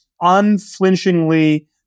unflinchingly